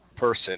Person